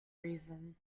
reason